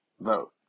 Vote